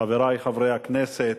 חברי חברי הכנסת,